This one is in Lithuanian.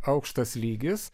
aukštas lygis